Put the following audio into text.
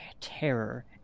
terror